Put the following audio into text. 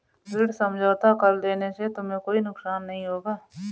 ऋण समझौता कर लेने से तुम्हें कोई नुकसान नहीं होगा